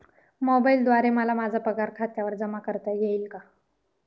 मोबाईलद्वारे मला माझा पगार खात्यावर जमा करता येईल का?